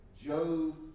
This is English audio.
Job